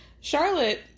Charlotte